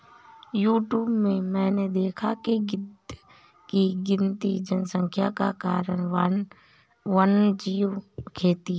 YouTube में मैंने देखा है कि गिद्ध की गिरती जनसंख्या का कारण वन्यजीव खेती है